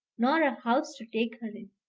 nor a house to take her in!